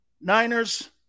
Niners